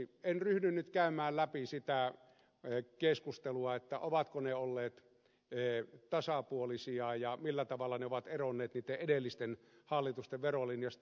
en ryhdy nyt käymään läpi sitä keskustelua ovatko ne olleet tasapuolisia ja millä tavalla ne ovat eronneet niitten edellisten hallitusten verolinjasta